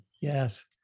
Yes